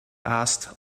asked